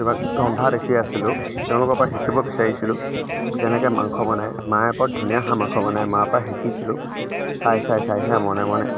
ৰ ৰন্ধা দেখি আছিলোঁ তেওঁলোকৰ পৰা শিকিব বিচাৰিছিলোঁ কেনেকৈ মাংস বনাই মায়ে বৰ ধুনীয়া হাঁহ মাংস বনায় মাৰ পৰা শিকিছিলোঁ চাই চাই চাই চাই মনে মনে